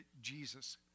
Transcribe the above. Jesus